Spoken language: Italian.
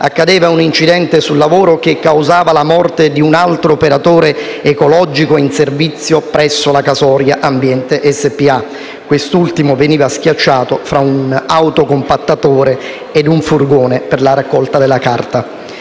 accadeva un incidente sul lavoro che causava la morte di un altro operatore ecologico in servizio presso la Casoria Ambiente SpA: quest'ultimo veniva schiacciato fra un autocompattatore e un furgone per la raccolta della carta.